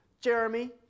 Jeremy